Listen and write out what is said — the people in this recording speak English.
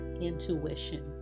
intuition